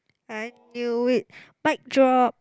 I knew it mic drop